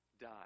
die